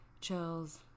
Chills